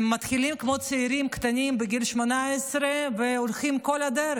הם מתחילים כמו צעירים קטנים בגיל 18 והולכים כל הדרך.